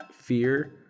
fear